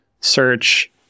search